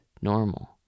normal